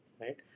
right